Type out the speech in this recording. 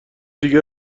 دیگه